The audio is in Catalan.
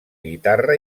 guitarra